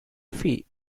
fee